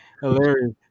Hilarious